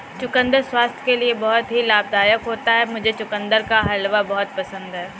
चुकंदर स्वास्थ्य के लिए बहुत ही लाभदायक होता है मुझे चुकंदर का हलवा बहुत पसंद है